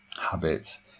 habits